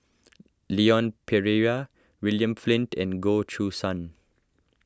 Leon Perera William Flint and Goh Choo San